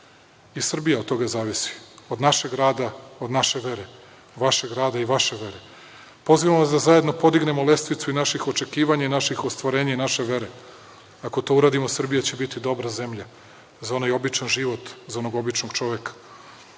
i Srbija od toga zavisi, od našeg rada, od naše vere, vaše vere. Pozivam vas da zajedno podignemo lestvicu i naših očekivanja i naših ostvarenja i naše vere. Ako to uradimo Srbija će biti dobra zemlja, za onaj običan život, za onog običnog čoveka. Onaj